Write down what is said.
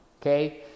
okay